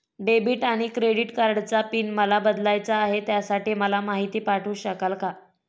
Debit आणि credit कार्डचा PIN मला बदलायचा आहे, त्यासाठी मला माहिती पाठवू शकाल का?